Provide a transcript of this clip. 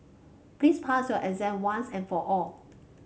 please pass your exam once and for all